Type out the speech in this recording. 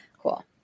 Cool